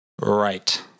Right